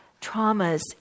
traumas